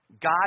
God